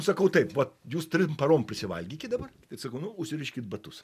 sakau taip vat jūs trim parom prisivalgykit dabar sakau nu užsiriškit batus